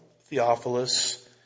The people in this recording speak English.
Theophilus